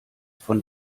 von